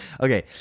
okay